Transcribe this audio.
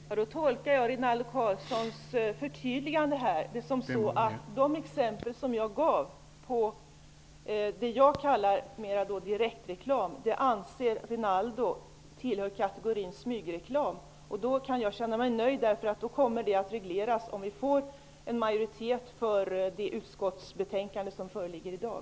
Herr talman! Då tolkar jag Rinaldo Karlssons förtydligande så att de exempel på det jag kallar direktreklam som jag gav anser Rinaldo Karlsson tillhör kategorin smygreklam. Då kan jag känna mig nöjd. Då kommer det att regleras om vi får en majoritet för det utskottsbetänkande som föreligger i dag.